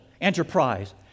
enterprise